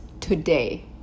today